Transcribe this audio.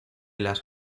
las